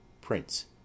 Prince